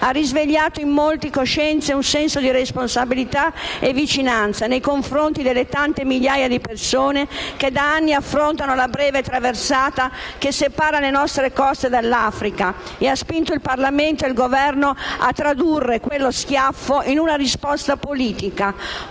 ha risvegliato in molte coscienze un senso di responsabilità e vicinanza nei confronti delle tante migliaia di persone, che da anni affrontano la breve traversata che separa le nostre coste dall'Africa, e ha spinto il Parlamento e il Governo a tradurre quello schiaffo in una risposta politica,